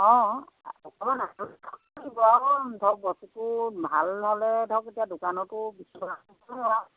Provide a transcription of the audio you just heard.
অঁ অকমান ধৰক বস্তুটো ভাল হ'লে ধৰক এতিয়া দোকানতো বিকিবপৰা যাব আৰু